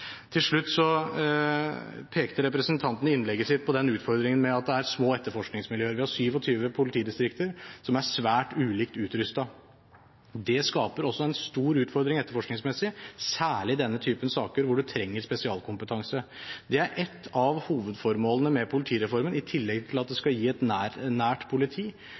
Til slutt pekte representanten Andersen i innlegget sitt på utfordringen med at det er små etterforskningsmiljøer. Vi har 27 politidistrikter, som er svært ulikt utrustet. Det skaper også en stor utfordring etterforskningsmessig – særlig i denne typen saker, hvor man trenger spesialkompetanse. Det er et av hovedformålene med politireformen. I tillegg til at den skal gi et nært politi,